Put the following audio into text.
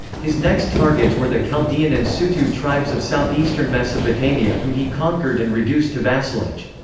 his next targets were the chaldean and sutu tribes of southeastern mesopotamia whom he conquered and reduced to vassalage.